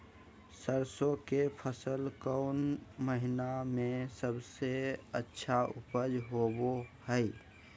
सरसों के फसल कौन महीना में सबसे अच्छा उपज होबो हय?